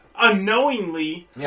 unknowingly